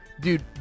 Dude